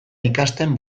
ikasten